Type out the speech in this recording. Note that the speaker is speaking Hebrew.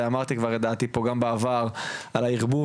ואמרתי כבר את דעתי פה גם בעבר על הערבוב